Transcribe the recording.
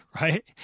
right